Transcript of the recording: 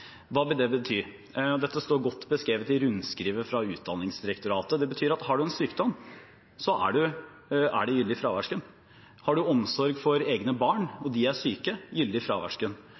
Hva vil det bety? Det står godt beskrevet i rundskrivet fra Utdanningsdirektoratet. Det betyr at har du en sykdom, så er det gyldig fraværsgrunn. Har du omsorg for egne barn og de er syke, så er det gyldig